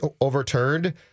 overturned